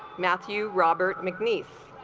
matthew robert mcneese